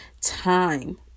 time